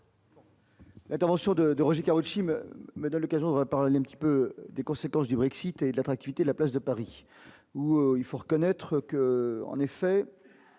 Attention de de Roger Karoutchi me à l'occasion de reparler un petit peu des conséquences du Brexit et l'attractivité de la place de Paris, où il faut reconnaître que, en effet,